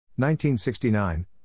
1969